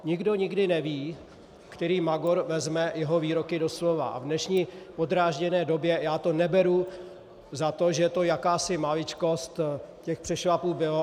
Nikdo nikdy neví, který magor vezme jeho výroky doslova, a v dnešní podrážděné době, já to neberu tak, že je to jakási maličkost, těch přešlapů bylo.